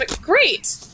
Great